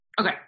Okay